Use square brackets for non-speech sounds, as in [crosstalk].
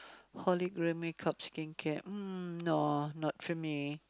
[breath] makeup skincare mm no not for me